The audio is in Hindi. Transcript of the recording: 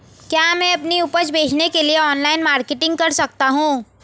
क्या मैं अपनी उपज बेचने के लिए ऑनलाइन मार्केटिंग कर सकता हूँ?